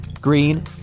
green